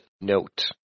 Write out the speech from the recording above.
Note